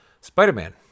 Spider-Man